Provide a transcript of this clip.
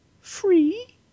free